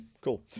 cool